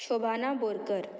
Shobhana Borkar